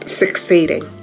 succeeding